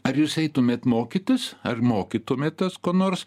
ar jūs eitumėt mokytis ar mokytumėtės ko nors